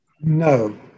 No